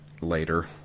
later